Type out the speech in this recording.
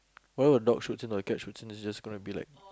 or the dog shoots not the cat shoots and it's just gonna be like